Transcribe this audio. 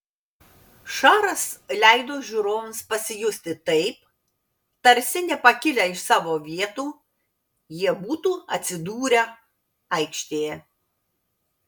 šaras leido žiūrovams pasijusti taip tarsi nepakilę iš savo vietų jie būtų atsidūrę aikštėje